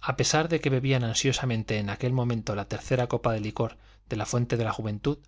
a pesar de que bebían ansiosamente en aquel momento la tercera copa del licor de la fuente de la juventud